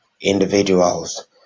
individuals